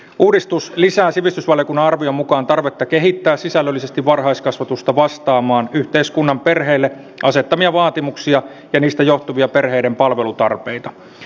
uudistus lisää sivistysvaliokunnan arvion mukaan tarvetta kehittää sisällöllisesti varhaiskasvatusta vastaamaan yhteiskunnan perheille asettamia vaatimuksia ja niistä johtuvia perheiden palvelutarpeita